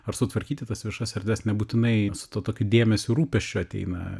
ar sutvarkyti tas viešas erdves nebūtinai su tuo tokiu dėmesiu rūpesčiu ateina